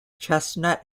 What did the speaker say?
chestnut